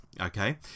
Okay